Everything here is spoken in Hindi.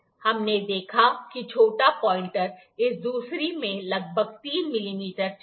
हमने देखा कि छोटा पॉइंटर इस दूरी में लगभग 3 मिमी चला गया